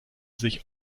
sich